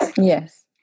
Yes